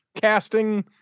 casting